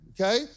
okay